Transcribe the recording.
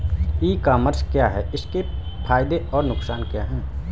ई commerce क्या है इसके फायदे और नुकसान क्या है?